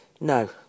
No